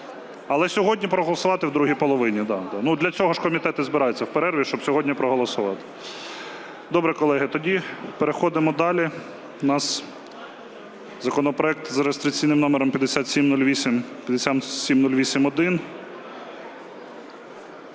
Але сьогодні проголосувати в другій половині. Для цього ж комітет і збирається в перерві, щоб сьогодні проголосувати. Добре, колеги, тоді переходимо далі. У нас законопроект з реєстраційним номером 5708, 5708-1: